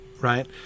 Right